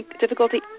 difficulty